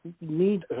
need